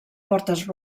portes